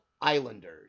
Islanders